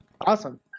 awesome